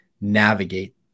navigate